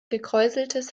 gekräuseltes